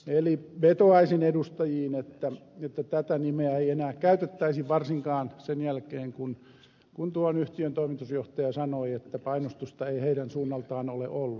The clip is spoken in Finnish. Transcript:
eli vetoaisin edustajiin että tätä nimeä ei enää käytettäisi varsinkaan sen jälkeen kun tuon yhtiön toimitusjohtaja sanoi että painostusta ei heidän suunnaltaan ole ollut